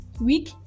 week